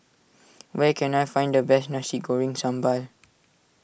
where can I find the best Nasi Goreng Sambal